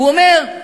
הוא אומר: